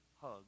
hug